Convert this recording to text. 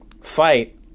fight